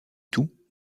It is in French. tout